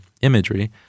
imagery